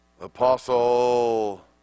Apostle